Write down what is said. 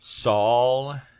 Saul